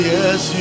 Yes